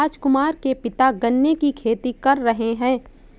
राजकुमार के पिता गन्ने की खेती कर रहे हैं